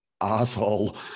asshole